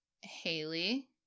Haley